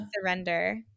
surrender